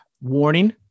warning